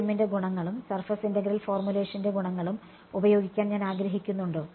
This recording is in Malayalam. FEM ന്റെ ഗുണങ്ങളും സർഫസ് ഇന്റഗ്രൽ ഫോർമുലേഷന്റെ ഗുണങ്ങളും ഉപയോഗിക്കാൻ ഞാൻ ആഗ്രഹിക്കുന്നുണ്ടോ